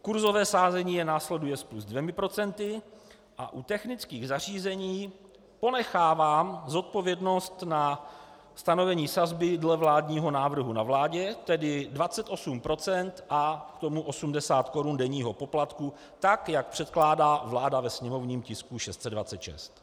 Kurzové sázení je následuje s plus 2 % a u technických zařízení ponechávám zodpovědnost na stanovení sazby dle vládního návrhu na vládě, tedy 28 % a k tomu 80 korun denního poplatku tak, jak předkládá vláda ve sněmovním tisku 626.